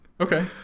Okay